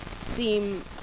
seem